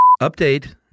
Update